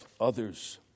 others